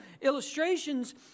illustrations